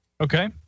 Okay